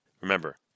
remember